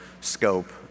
scope